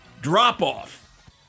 Drop-off